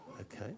Okay